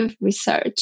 research